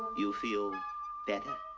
you feel better?